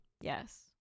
yes